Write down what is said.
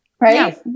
Right